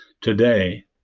today